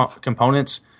components